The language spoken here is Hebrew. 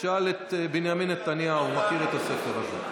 תשאל את בנימין נתניהו, הוא מכיר את הספר הזה.